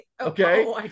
okay